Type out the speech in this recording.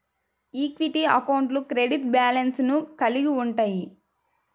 equity అకౌంట్లు credit బ్యాలెన్స్లను కలిగి ఉంటయ్యి